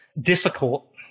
difficult